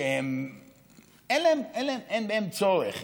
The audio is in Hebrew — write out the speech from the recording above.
שאין בהם צורך.